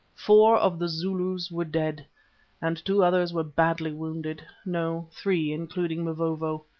four of the zulus were dead and two others were badly wounded no, three, including mavovo.